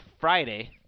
Friday